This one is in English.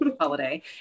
holiday